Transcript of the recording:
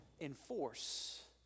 enforce